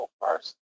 first